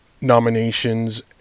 nominations